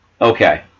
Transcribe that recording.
Okay